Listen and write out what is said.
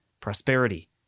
Prosperity